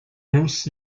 rus